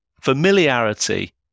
familiarity